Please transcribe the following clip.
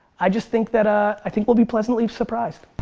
i just think that, ah i think we'll be pleasantly surprised.